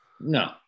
No